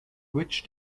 which